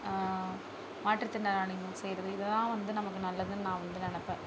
மாற்றுத்திறனாளிங்களுக்கு செய்வது இதெல்லாம் வந்து நமக்கு நல்லதுன்னு நான் வந்து நெனைப்பேன்